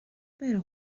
بره